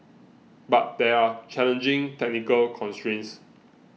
but there are challenging technical constrains